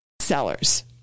Sellers